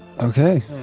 Okay